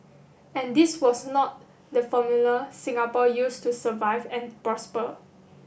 and this was not the formula Singapore used to survive and prosper